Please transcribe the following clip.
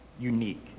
unique